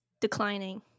declining